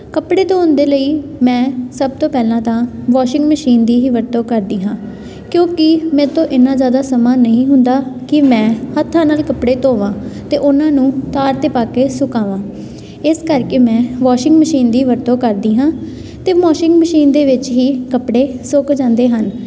ਕੱਪੜੇ ਧੋਣ ਦੇ ਲਈ ਮੈਂ ਸਭ ਤੋਂ ਪਹਿਲਾਂ ਤਾਂ ਵੋਸ਼ਿੰਗ ਮਸ਼ੀਨ ਦੀ ਹੀ ਵਰਤੋਂ ਕਰਦੀ ਹਾਂ ਕਿਉਂਕਿ ਮੇਰੇ ਤੋਂ ਇੰਨਾ ਜ਼ਿਆਦਾ ਸਮਾਂ ਨਹੀਂ ਹੁੰਦਾ ਕਿ ਮੈਂ ਹੱਥਾਂ ਨਾਲ ਕੱਪੜੇ ਧੋਵਾਂ ਅਤੇ ਉਹਨਾਂ ਨੂੰ ਤਾਰ 'ਤੇ ਪਾ ਕੇ ਸੁਕਾਵਾਂ ਇਸ ਕਰਕੇ ਮੈਂ ਵੋਸ਼ਿੰਗ ਮਸ਼ੀਨ ਦੀ ਵਰਤੋਂ ਕਰਦੀ ਹਾਂ ਅਤੇ ਵੋਸ਼ਿੰਗ ਮਸ਼ੀਨ ਦੇ ਵਿੱਚ ਹੀ ਕੱਪੜੇ ਸੁੱਕ ਜਾਂਦੇ ਹਨ